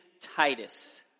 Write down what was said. Titus